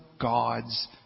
gods